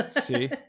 See